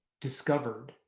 discovered